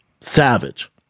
Savage